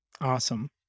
Awesome